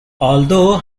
although